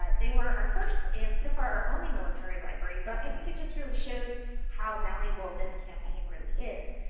ah they were our first and so far are only military library, but i think it just really shows how malleable this campaign really is.